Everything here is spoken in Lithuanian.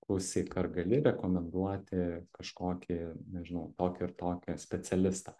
klausyk ar gali rekomenduoti kažkokį nežinau tokį ir tokį specialistą